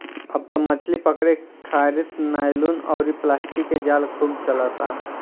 अब त मछली पकड़े खारित नायलुन अउरी प्लास्टिक के जाल खूब चलता